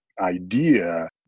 idea